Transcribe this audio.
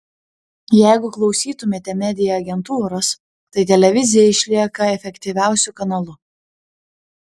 jeigu klausytumėte media agentūros tai televizija išlieka efektyviausiu kanalu